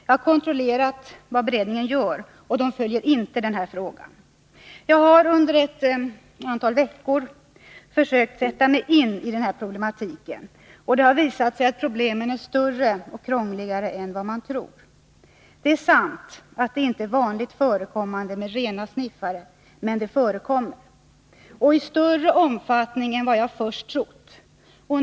Jag har kontrollerat vad beredningen gör, och man följer inte den här frågan. Jag har under ett antal veckor försökt sätta mig in i denna problematik, och det har visat sig att problemen är större och krångligare än man tror. Det är sant att det inte är vanligt förekommande med ”rena” sniffare, men det förekommer — och i större omfattning än vad jag först hade trott.